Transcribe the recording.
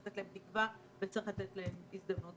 תקווה והזדמנות.